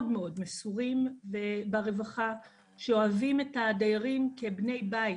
מסורים ברווחה שאוהבים את הדיירים כבני בית